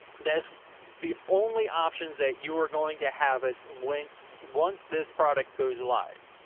that's the only options that you are going to have at wince once this product goes alive.